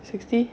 sixty